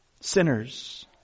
Sinners